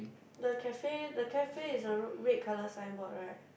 the cafe the cafe is the red colour signboard right